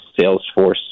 Salesforce